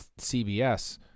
CBS